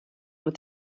with